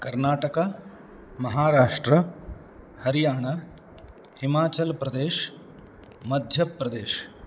कर्नाटका महाराष्ट्रः हरियाणा हिमाचलप्रदेशः मध्यप्रदेशः